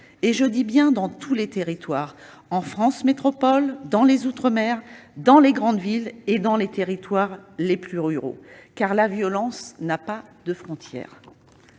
Je précise bien dans tous les territoires : en France métropolitaine et dans les outre-mer, dans les grandes villes et dans les territoires plus ruraux, car la violence n'a pas de frontières.